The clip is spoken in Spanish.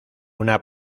una